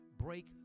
break